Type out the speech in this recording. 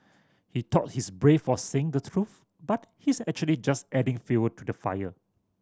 he thought he's brave for saying the truth but he's actually just adding fuel to the fire